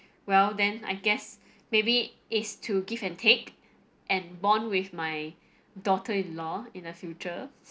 well then I guess maybe it's to give and take and bond with my daughter-in-law in the future